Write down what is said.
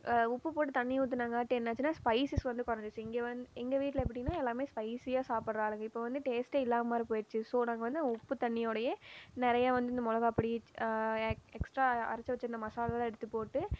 உப்பு போட்டு தண்ணி ஊற்றினங்காட்டியும் என்னாச்சுன்னா ஸ்பைசஸ் வந்து குறைஞ்சிடிச்சி இங்கே வந்து எங்கள் வீட்டில் எப்படின்னால் எல்லாமே ஸ்பைசியாக சாப்பிடுறாளுங்க இப்போ வந்து டேஸ்டே இல்லாத மாதிரி போயிடுச்சு ஸோ நாங்கள் வந்து உப்பு தண்ணியோடயே நிறைய வந்து இந்த மிளகாப்பொடி எக்ஸ்ட்ரா அரைச்சு வச்சுருந்த மசாலாலெலாம் எடுத்து போட்டு